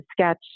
sketch